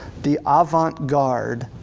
the avant-garde.